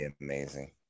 amazing